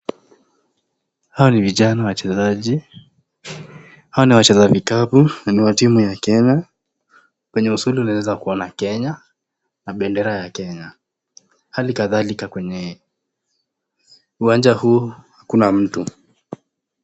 Hawa ni vijana wachezaji, Hawa ni wachezaji kavu na ni wa timu ya Kenya. Kwenye uzulu unaezaona Kenya, na bendera ya Kenya. Hali kadhalika kwenye uwancha huu kuna mtu.